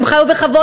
הם חיו בכבוד.